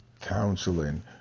counseling